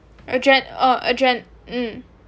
a dread or a dread mm